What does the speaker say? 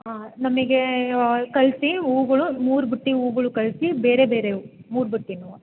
ಹಾಂ ನಮಗೆ ಕಳಿಸಿ ಹೂಗಳು ಮೂರು ಬುಟ್ಟಿ ಹೂಗಳು ಕಳಿಸಿ ಬೇರೆ ಬೇರೆ ಹೂ ಮೂರು ಬುಟ್ಟಿ ಹೂವ